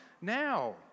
now